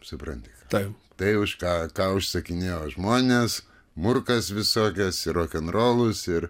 supranti ką tai už ką ką užsakinėjo žmonės murkas visokias ir rokenrolus ir